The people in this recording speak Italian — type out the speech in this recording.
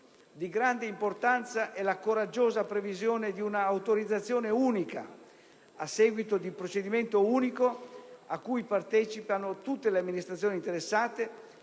Di grande importanza è la coraggiosa previsione di un'autorizzazione unica (a seguito di procedimento unico, a cui partecipano tutte le amministrazioni interessate)